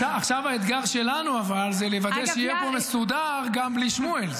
אבל עכשיו האתגר שלנו הוא לוודא שיהיה פה מסודר גם בלי שמואל.